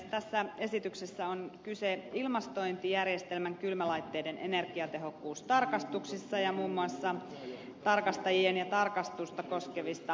tässä esityksessä on kyse ilmastointijärjestelmän kylmälaitteiden energiatehokkuustarkastuksista ja muun muassa tarkastajien ja tarkastusta koskevista pätevyyksistä